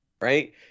right